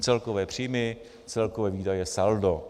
Celkové příjmy, celkové výdaje, saldo.